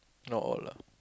not all lah